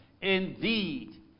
Indeed